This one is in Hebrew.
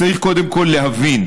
צריך קודם כול להבין,